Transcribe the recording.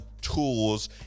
tools